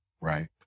Right